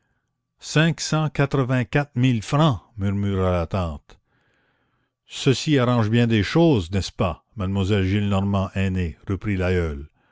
cinq cent quatre-vingt-quatre mille francs murmura la tante ceci arrange bien des choses n'est-ce pas mademoiselle gillenormand aînée reprit l'aïeul